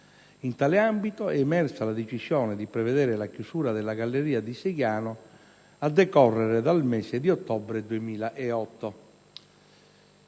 In tale ambito, è emersa la decisione di prevedere la chiusura della galleria di Seiano a decorrere dal mese di ottobre 2008.